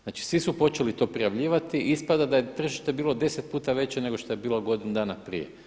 Znači svi su počeli to prijavljivati, ispada da je tržište bilo deset puta veće nego šta je bilo godinu dana prije.